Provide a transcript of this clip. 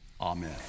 Amen